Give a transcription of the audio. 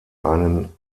einen